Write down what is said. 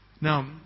Now